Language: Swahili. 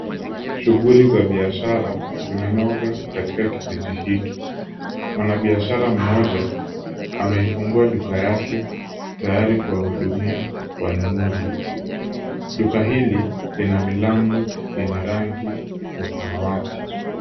Shughuli za biashara zimenoga katika kijiji hiki. Mwanabiashara mmoja ameifungua duka yake tayari kuwahudhumia wanunuzi. Duka hili lina milango yenye rangi ya samawati.